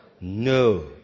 No